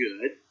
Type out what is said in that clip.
good